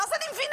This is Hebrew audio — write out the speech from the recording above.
ואז אני מבינה,